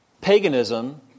paganism